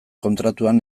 kontratuan